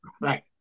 Right